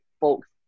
folks